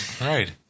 right